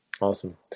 Awesome